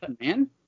man